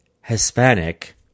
Hispanic